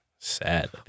sad